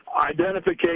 Identification